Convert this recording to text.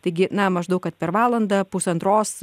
taigi na maždaug kad per valandą pusantros